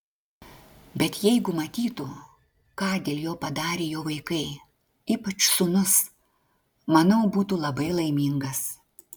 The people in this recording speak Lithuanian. bet jeigu matytų ką dėl jo padarė jo vaikai ypač sūnus manau būtų labai laimingas